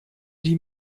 die